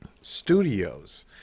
studio's